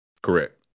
Correct